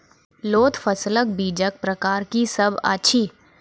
लोत फसलक बीजक प्रकार की सब अछि?